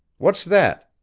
what's that?